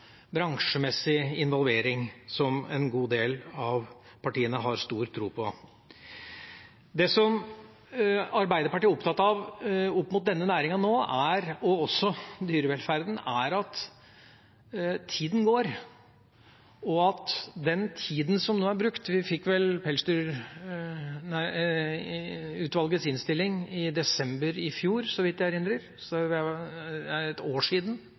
bransjemessig involvering, som en god del av partiene har stor tro på. Det som Arbeiderpartiet er opptatt av nå, når det kommer til denne næringa og dyrevelferden, er at tida går. Vi fikk Pelsdyrutvalgets innstilling i desember i fjor, så vidt jeg erindrer, så det er ett år siden